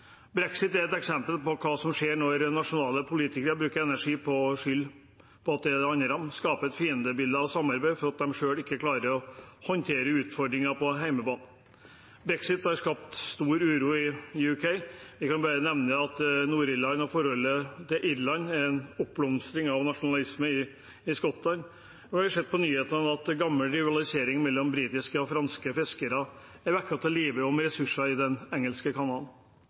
Brexit er et eksempel på hva som skjer når nasjonale politikere bruker energi på å skylde på de andre og skape et fiendebilde av samarbeid fordi de selv ikke klarer å håndtere utfordringer på hjemmebane. Brexit har skapt stor uro i Storbritannia. Vi kan bare nevne Nord-Irland, forholdet til Irland, en oppblomstring av nasjonalisme i Skottland, og vi har sett på nyhetene at gammel rivalisering mellom britiske og franske fiskere om ressurser i Den engelske kanal er vekket til